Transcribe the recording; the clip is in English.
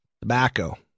tobacco